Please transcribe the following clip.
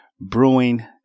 Brewing